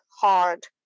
hard